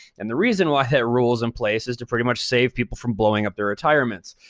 and the reason why that rule is in place is to pretty much save people from blowing up their retirements.